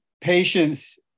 patience